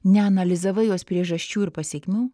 neanalizavai jos priežasčių ir pasekmių